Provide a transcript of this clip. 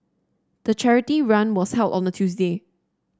the charity run was held on a Tuesday